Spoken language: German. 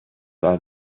war